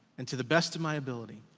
and to the best of my ability,